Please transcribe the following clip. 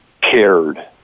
cared